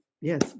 yes